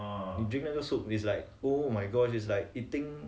you drink 那个 soup is like oh my god it's like eating